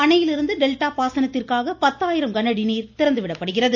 அணையிலிருந்து டெல்டா பாசனத்திற்காக பத்தாயிரம் கன அடி தண்ணீர் திறந்துவிடப்படுகிறது